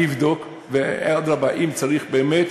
אני אבדוק, ואדרבה, אם צריך, באמת,